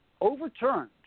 overturned